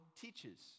teaches